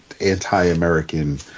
anti-American